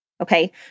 Okay